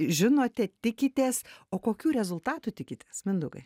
žinote tikitės o kokių rezultatų tikitės mindaugai